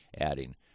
adding